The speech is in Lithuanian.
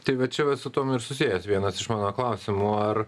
tai va čia vat su tuom susijęs vienas iš mano klausimų ar